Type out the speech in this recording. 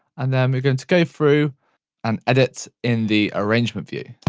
and then we're going to go through and edit in the arrangement view.